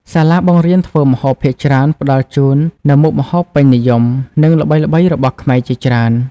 សាលាបង្រៀនធ្វើម្ហូបភាគច្រើនផ្តល់ជូននូវមុខម្ហូបពេញនិយម និងល្បីៗរបស់ខ្មែរជាច្រើន ។